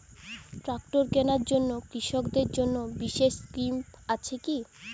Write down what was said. Tractor কেনার জন্য কৃষকদের জন্য বিশেষ স্কিম আছে কি?